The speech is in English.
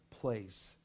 place